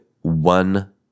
one